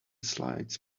slides